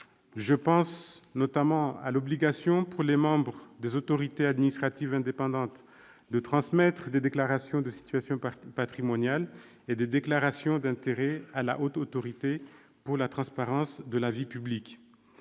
Je pense notamment à l'obligation pour les membres des autorités administratives indépendantes de transmettre des déclarations de situation patrimoniale et des déclarations d'intérêts à la Haute Autorité pour la transparence de la vie publique,